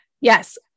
yes